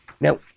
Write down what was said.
Now